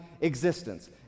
existence